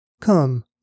Come